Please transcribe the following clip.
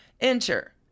Enter